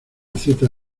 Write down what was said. cita